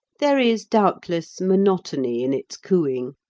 there is doubtless monotony in its cooing,